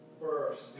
first